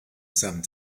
some